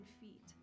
feet